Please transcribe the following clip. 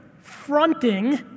Fronting